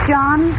John